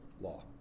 law